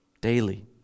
daily